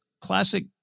classic